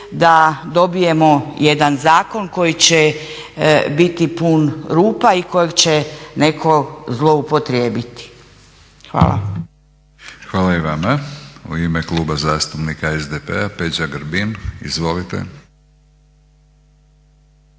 da dobijemo jedan zakon koji će biti pun rupa i kojeg će netko zloupotrijebiti. Hvala. **Batinić, Milorad (HNS)** Hvala i vama. U ime Kluba zastupnika SDP-a Peđa Grbin. Izvolite.